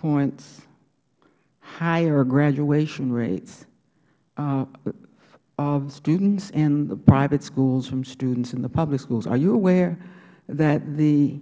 points higher graduation rates of students in the private schools from students in the public schools are you aware that the